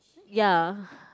ya